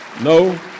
no